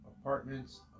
apartments